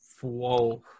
whoa